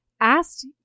asked